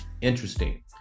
interesting